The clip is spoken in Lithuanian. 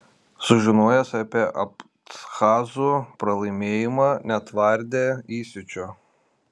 sužinojęs apie abchazų pralaimėjimą netvardė įsiūčio